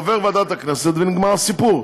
עובר בוועדת הכנסת ונגמר הסיפור.